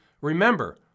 remember